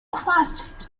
crashed